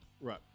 Right